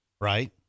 Right